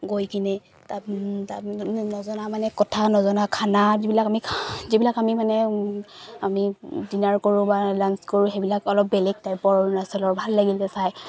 গৈ কিনে তাত তাত নজনা মানে কথা নজনা খানা যিবিলাক আমি যিবিলাক আমি মানে আমি ডিনাৰ কৰো বা লাঞ্চ কৰো সেইবিলাক অলপ বেলেগ টাইপৰ অৰুণাচলৰ ভাল লাগিলে চাই